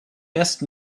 best